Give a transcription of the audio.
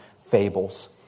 fables